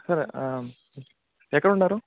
sir ఎక్కడుండారు